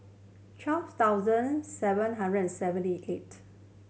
twelve thousand seven hundred and seventy eight